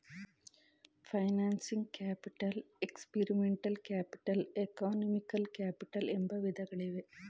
financing capital, experimental capital, economical capital ಎಂಬ ವಿಧಗಳಿವೆ